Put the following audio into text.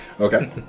Okay